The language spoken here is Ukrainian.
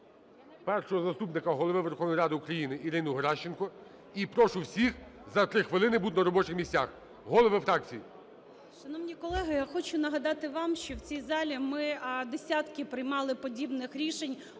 Першого заступника Голови Верховної Ради України Ірину Геращенко. І прошу всіх за 3 хвилини бути на робочих місцях, голови фракцій! 11:22:48 ГЕРАЩЕНКО І.В. Шановні колеги, я хочу нагадати вам, що в цій залі ми десятки приймали подібних рішень,